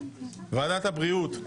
ועדת הבריאות.